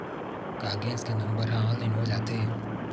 का गैस के नंबर ह ऑनलाइन हो जाथे?